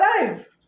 alive